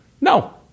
No